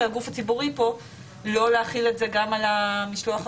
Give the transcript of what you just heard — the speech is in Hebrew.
הגוף הציבורי לא להחיל את זה גם על המשלוח הראשוני.